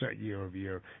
year-over-year